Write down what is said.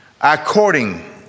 According